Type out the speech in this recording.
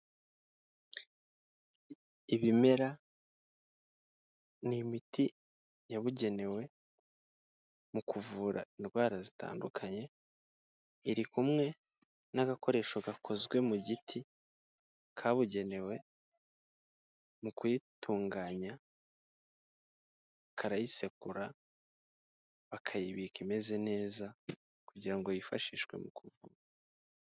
Ibimera ni imiti yabugenewe mu kuvura indwara zitandukanye, iri kumwe n'agakoresho gakozwe mu giti kabugenewe mu kuyitunganya, karayisekura, bakayibika imeze neza kugira ngo yifashishwe mu kuvura.